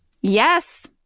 Yes